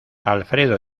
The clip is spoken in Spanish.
alfredo